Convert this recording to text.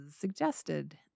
suggested